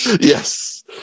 Yes